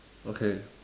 okay